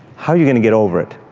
how are you going to get over it?